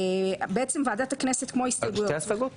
בעצם ועדת הכנסת כמו הסתייגויות,